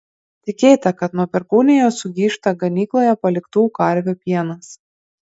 tikėta kad nuo perkūnijos sugyžta ganykloje paliktų karvių pienas